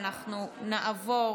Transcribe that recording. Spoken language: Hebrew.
אנחנו נעבור